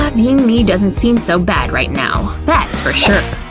being me doesn't seem so bad right now, that's for sure.